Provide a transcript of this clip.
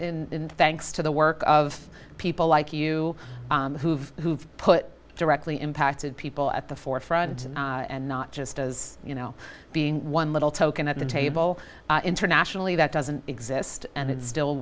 in thanks to the work of people like you who've who've put directly impacted people at the forefront and not just as you know being one little token at the table internationally that doesn't exist and it's still